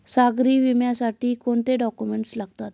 सागरी विम्यासाठी कोणते डॉक्युमेंट्स लागतात?